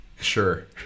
sure